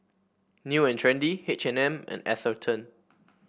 New And Trendy H and M and Atherton